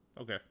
okay